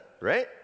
Right